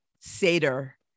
Seder